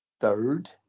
third